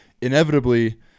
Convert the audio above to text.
inevitably